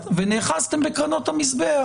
ונאחזתם בקרנות המזבח,